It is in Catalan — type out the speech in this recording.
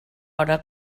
hora